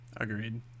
Agreed